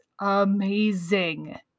amazing